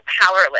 powerless